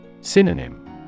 Synonym